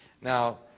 Now